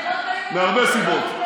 מהרבה סיבות.